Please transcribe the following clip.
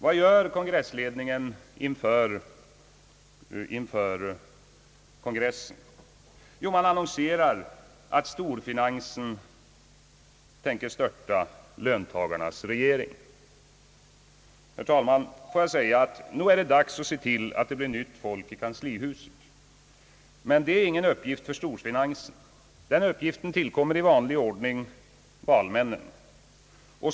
Vad gör kongressledningen? Jo, man annonserar att storfinansen tänker störta löntagarnas regering. Herr talman, nog är det dags att se till att det blir nytt folk i kanslihuset — men det är ingen uppgift för storfinansen. Den uppgiften tillkommer i vanlig ordning valmännen.